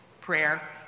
prayer